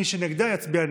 מי שנגדה, יצביע נגד.